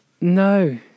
No